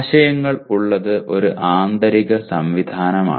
ആശയങ്ങൾ ഉള്ളത് ഒരു ആന്തരിക സംവിധാനമാണ്